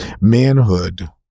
Manhood